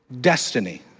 destiny